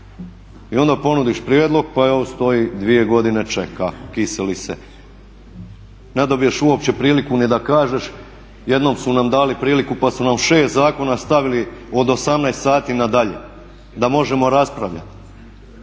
I onda ponudiš prijedlog pa evo stoji dvije godine, čeka, kiseli se. Ne dobiješ uopće priliku ni da kažeš. Jednom su nam dali priliku pa su nam šest zakona stavili od 18 sati na dalje da možemo raspravljat.